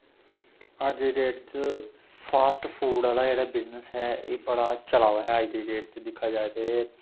अज्ज दी डेट च फास्टफूड आह्ला जेह्ड़ा बिजनस ऐ एह् बड़ा चला दा ऐ अज्ज दी डेट च दिक्खेआ जाए ते